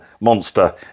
monster